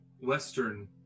western